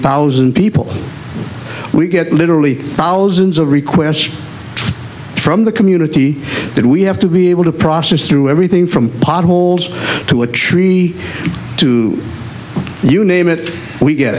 thousand people we get literally thousands of requests from the community that we have to be able to process through everything from potholes to a tree to you name it we get